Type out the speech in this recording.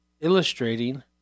illustrating